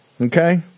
Okay